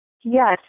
Yes